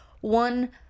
one